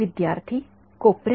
विद्यार्थीः कोपऱ्यात